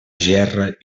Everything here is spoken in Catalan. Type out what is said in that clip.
gerra